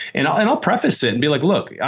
and i'll preface it and be like, look. yeah